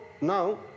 now